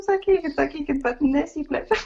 sakykit sakykit bet nesiplečiam